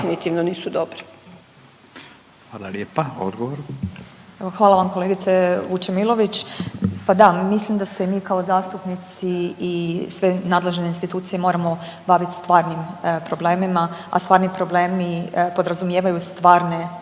Hvala lijepa. Odgovor.